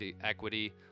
equity